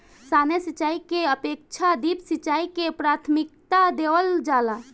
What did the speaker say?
सामान्य सिंचाई के अपेक्षा ड्रिप सिंचाई के प्राथमिकता देवल जाला